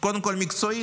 קודם כול מקצועית.